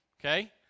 okay